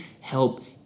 help